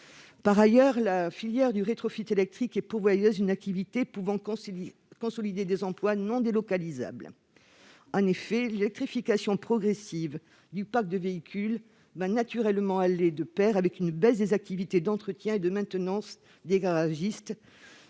Par ailleurs, la filière du rétrofit électrique est pourvoyeuse d'une activité pouvant consolider des emplois non délocalisables. L'électrification progressive du parc de véhicules ira naturellement de pair avec une baisse des activités d'entretien et de maintenance des garagistes,